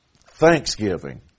thanksgiving